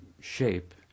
shape